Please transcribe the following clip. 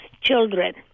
children